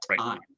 time